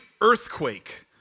earthquake